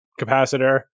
capacitor